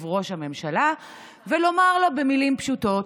ראש הממשלה ולומר לו במילים פשוטות: